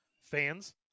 fans